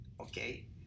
okay